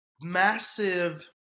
massive